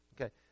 Okay